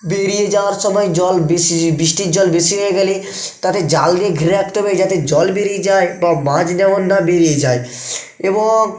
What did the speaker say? বেরিয়ে যাওয়ার সময় জল বেশি বিষ্টির জল বেশি হয়ে গেলে তাতে জাল দিয়ে ঘিরে রাখতে হবে যাতে জল বেরিয়ে যায় বা মাছ যেমন না বেরিয়ে যায় এবং